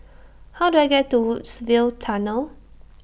How Do I get to Woodsville Tunnel